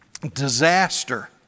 disaster